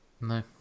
no